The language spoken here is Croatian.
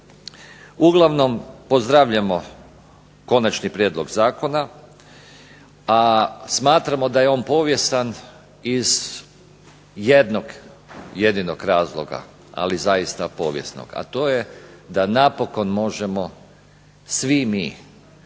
Uglavnom, pozdravljamo konačni prijedlog zakona, a smatramo da je on povijestan iz jednog jedinog razloga ali zaista povijesnog, a to je da napokon možemo svi mi,